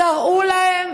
תראו להם